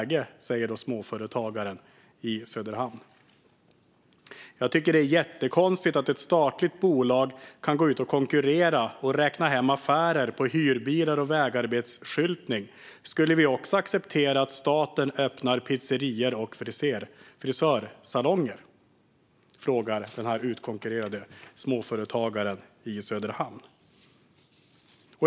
Så säger den utkonkurrerade småföretagaren i Söderhamn. "Jag tycker att det är jättekonstigt, att ett statligt bolag kan gå ut och konkurrera och räkna hem affärer på hyrbilar och vägarbetsskyltning. Skulle vi också acceptera att staten öppnade pizzerior och frisersalonger?" Det frågar samme småföretagare.